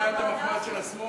כי אני חיית המחמד של השמאל.